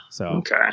Okay